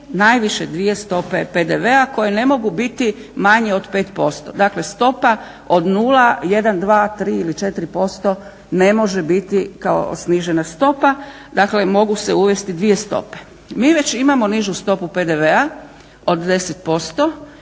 najviše dvije stope PDV-a koje ne mogu biti manje od 5%, dakle stopa od 0,1,2,3 ili 4% ne može biti kao snižena stopa, dakle mogu se uvesti dvije stope. Mi već imamo nižu stopu PDV-a od 10%